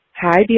Hi